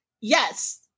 yes